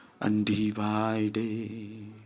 undivided